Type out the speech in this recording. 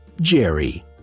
Jerry